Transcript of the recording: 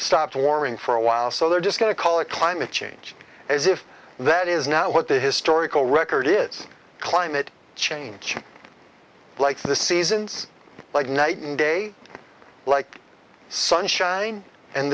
stopped warming for a while so they're just going to call it climate change as if that is now what the historical record is climate change like the seasons like night and day like sunshine and